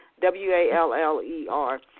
W-A-L-L-E-R